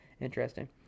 Interesting